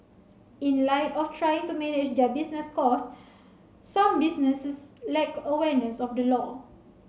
in light of trying to manage their business cost some businesses lack awareness of the law